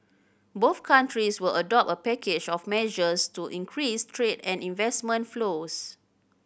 both countries will adopt a package of measures to increase trade and investment flows